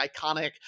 iconic